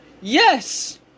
Yes